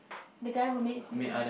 the guy who make people